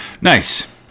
nice